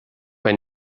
bei